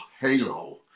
halo